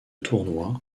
tournoi